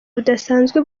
budasanzwe